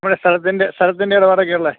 നമ്മുടെ സ്ഥലത്തിന്റെ സ്ഥലത്തിന്റെ ഇടപാടൊക്കെ ഉള്ള